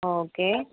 okay